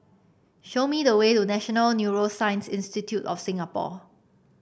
show me the way to National Neuroscience Institute of Singapore